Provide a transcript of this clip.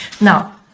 now